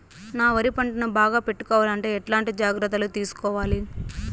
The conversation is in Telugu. నా వరి పంటను బాగా పెట్టుకోవాలంటే ఎట్లాంటి జాగ్రత్త లు తీసుకోవాలి?